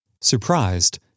Surprised